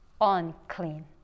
unclean